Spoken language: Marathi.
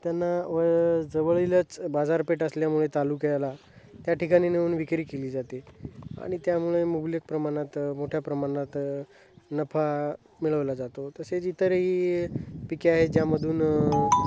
त्यांना व जवळीलच बाजारपेठ असल्यामुळे तालुक्याला त्या ठिकाणी नेऊन विक्री केली जाते आणि त्यामुळे मुबलक प्रमाणात मोठ्या प्रमाणात नफा मिळवला जातो तसेच इतरही पिके आहेत ज्यामधून